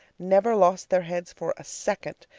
never lost their heads for a second.